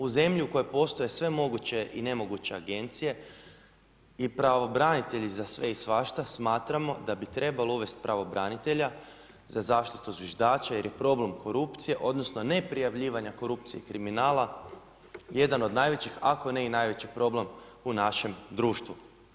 U zemlji u kojoj postaje sve moguće i nemoguće agencije i pravobranitelji za sve i svašta, smatramo da bi trebalo uvesti pravobranitelja za zaštitu zviždača jer je problem korupcije odnosno neprijavljivanja korupcije i kriminala jedan od najvećih, ako ne i najveći problem u našem društvu.